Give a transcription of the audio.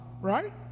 right